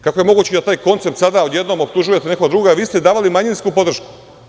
Kako je moguće da taj koncept sada odjednom optužujete nekog drugog, a vi ste davali manjinsku podršku?